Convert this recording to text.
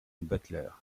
butler